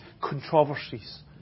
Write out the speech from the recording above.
controversies